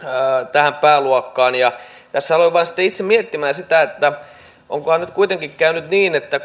tähän pääluokkaan tässä aloin vain sitten itse miettimään kun näitä esityksiä vähän summailin että onkohan nyt kuitenkin käynyt niin että